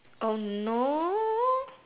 no